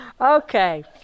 Okay